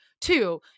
Two